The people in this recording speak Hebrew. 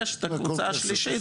יש את הקבוצה השלישית,